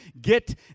Get